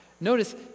Notice